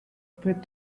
paid